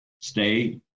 stay